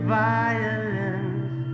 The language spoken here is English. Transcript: violence